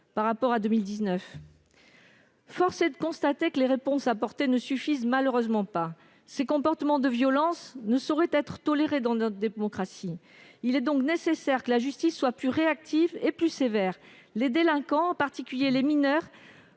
par rapport à 2019. Force est de constater que les réponses apportées ne suffisent malheureusement pas. Ces comportements de violence ne sauraient être tolérés dans notre démocratie. Il est donc nécessaire que la justice soit plus réactive et plus sévère. Les délinquants, en particulier les mineurs,